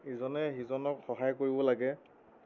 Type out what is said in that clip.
ইজনে সিজনক সহায় কৰিব লাগে